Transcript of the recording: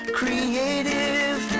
creative